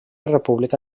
república